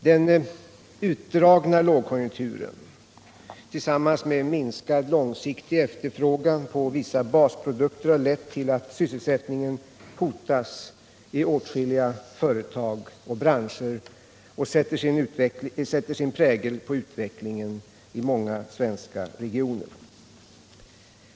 Den utdragna lågkonjunkturen tillsammans med minskad långsiktig efterfrågan på vissa basprodukter har lett till att sysselsättningen hotas i åtskilliga företag och branscher och sätter sin prägel på utvecklingen i många svenska regioner.